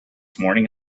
morning